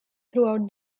throughout